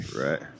right